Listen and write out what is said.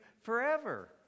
forever